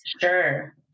Sure